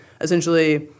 essentially